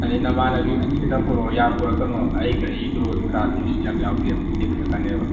ꯑꯗꯒꯤ ꯅꯃꯥꯟꯅꯕꯤ ꯑꯅꯤꯈꯛꯇꯪ ꯄꯨꯔꯛꯑꯣ ꯌꯥꯝ ꯄꯨꯔꯛꯀꯅꯣ ꯑꯩ ꯒꯥꯔꯤꯗꯣ ꯀꯥꯔꯗꯨ ꯅꯨꯡꯁꯤꯠ ꯌꯥꯝ ꯌꯥꯎꯗꯦꯕ ꯄꯦꯠꯊꯔꯛꯀꯅꯦꯕ